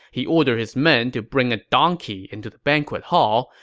he ordered his men to bring a donkey into the banquet hall,